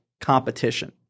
competition